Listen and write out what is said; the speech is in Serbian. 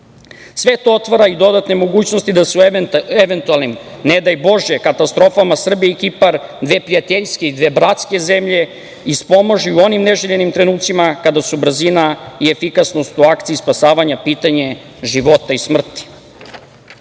to otvara i dodatne mogućnosti da se u eventualnim, ne daj Bože, katastrofama, Srbija i Kipar, dve prijateljske i dve bratske zemlje, ispomažu u onim neželjenim trenucima kada su brzina i efikasnost u akciji spasavanja pitanje života i smrti. Što